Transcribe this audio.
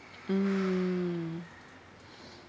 mm